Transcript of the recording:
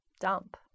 dump